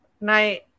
night